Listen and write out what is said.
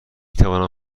توانم